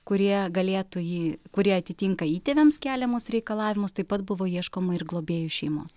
kurie galėtų jį kurie atitinka įtėviams keliamus reikalavimus taip pat buvo ieškoma ir globėjų šeimos